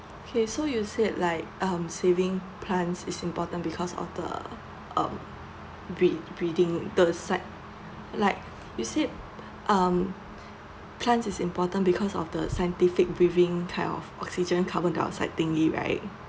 okay so you say like um saving plants is important because of the um breed breeding the site like you said um plant is important because of the scientific briefing type of oxygen carbon dioxide thingy right